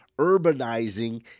urbanizing